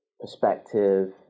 perspective